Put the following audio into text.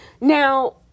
Now